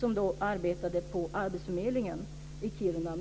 Hon arbetade på arbetsförmedlingen i Kiruna.